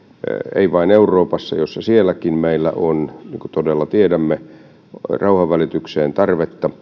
ei vain euroopassa jossa sielläkin meillä on niin kuin todella tiedämme rauhanvälitykseen tarvetta